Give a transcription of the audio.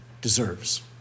deserves